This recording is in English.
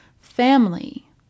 family